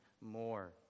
more